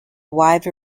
wide